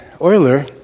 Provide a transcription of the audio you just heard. oiler